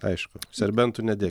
aišku serbentų nedėkit